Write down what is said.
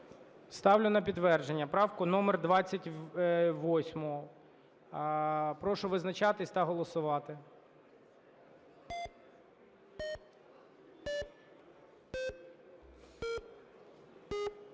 на підтвердження правку номер 25. Прошу визначатися та голосувати.